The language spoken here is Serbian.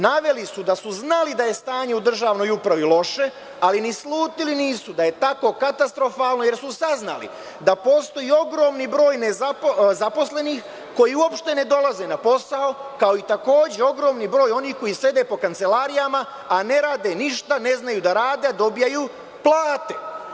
Naveli su da su znali da je stanje u državnoj upravi loše, ali ni slutili nisu da je tako katastrofalno, jer su saznali da postoji ogromni broj zaposlenih koji uopšte ne dolaze na posao, kao i takođe ogroman broj onih koji sede po kancelarijama a ne rade ništa, ne znaju da rade, a dobijaju plate.